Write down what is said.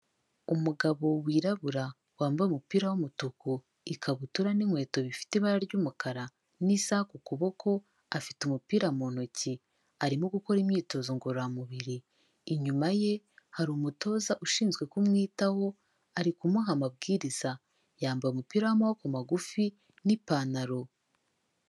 Umugabo wirabura wambaye umupira w'umutuku, ikabutura n'inkweto bifite ibara ry'umukara n'isaha ku kuboko afite umupira mu ntoki arimo gukora imyitozo ngororamubiri, inyuma ye hari umutoza ushinzwe kumwitaho ari kumuha amabwiriza, yambaye umupira w'amaboko magufi n'ipantaro.